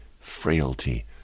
frailty